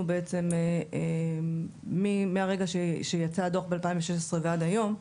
בעצם מהרגע שיצא הדוח ב-2016 ועד היום,